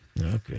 Okay